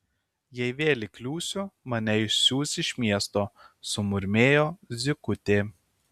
jei vėl įkliūsiu mane išsiųs iš miesto sumurmėjo zykutė